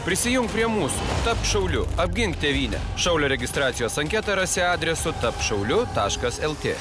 prisijunk prie mūsų tapk šauliu apgink tėvynę šaulio registracijos anketą rasi adresu tapk šauliu taškas lt